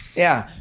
yeah.